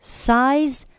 size